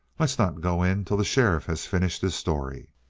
let's not go in till the sheriff has finished his story.